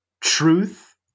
truth